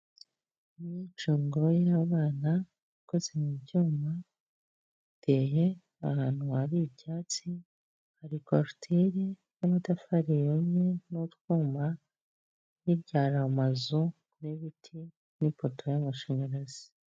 Imyicungo y'abana ikoze mu byuma iteye ahantu hari ibyatsi. Hari koruteyi n'amatafari yumye n'utwuma. Hirya hari amazu n'ibiti n'ipoto y'amashanyarazi.